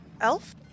Elf